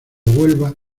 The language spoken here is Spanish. huelva